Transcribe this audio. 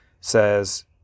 says